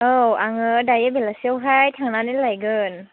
औ आङो दायो बेलासियावहाय थांनानै लायगोन